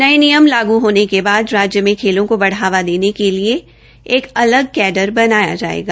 नये नियम लागू होने के बाद राज्य में खेलों को बढ़ावा देने के लिए एक अलग कैडर बनाया जायेगा